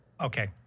Okay